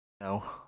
No